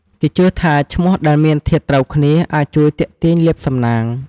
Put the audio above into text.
គេជឿថាឈ្មោះដែលមានធាតុត្រូវគ្នា អាចជួយទាក់ទាញលាភសំណាង។